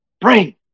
bring